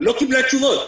לא קיבלה תשובות.